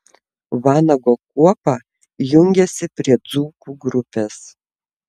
vanago kuopa jungiasi prie dzūkų grupės